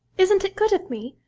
isn't it good of me!